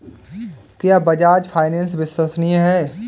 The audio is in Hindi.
क्या बजाज फाइनेंस विश्वसनीय है?